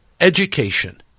Education